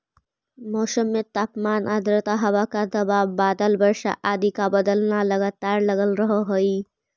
मौसम में तापमान आद्रता हवा का दबाव बादल वर्षा आदि का बदलना लगातार लगल रहअ हई